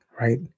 right